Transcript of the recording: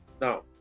now